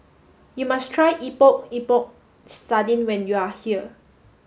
you must try Epok Epok Sardin when you are here